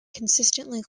consistently